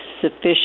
sufficient